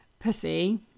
pussy